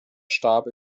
starb